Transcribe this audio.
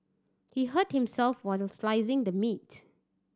he hurt himself while slicing the meat